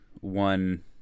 one